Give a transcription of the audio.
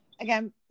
again